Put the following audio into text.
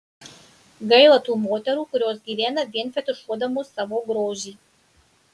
gaila tų moterų kurios gyvena vien fetišuodamos savo grožį